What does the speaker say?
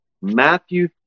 Matthew